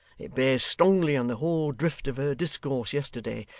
it bears strongly on the whole drift of her discourse yesterday,